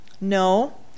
No